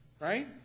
right